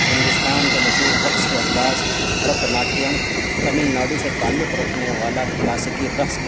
ہندوستان کے مشہور رقص کے انداز بھرتناٹیم تمل ناڈو سے تعلق رکھنے والا کلاسکی رقص